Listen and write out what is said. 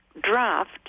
draft